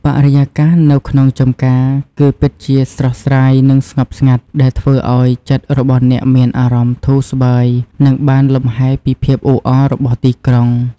បរិយាកាសនៅក្នុងចម្ការគឺពិតជាស្រស់ស្រាយនិងស្ងប់ស្ងាត់ ដែលធ្វើឱ្យចិត្តរបស់អ្នកមានអារម្មណ៍ធូរស្បើយនិងបានលម្ហែពីភាពអ៊ូអររបស់ទីក្រុង។